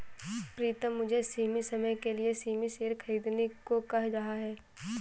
प्रितम मुझे सीमित समय के लिए सीमित शेयर खरीदने को कह रहा हैं